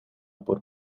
por